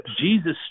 Jesus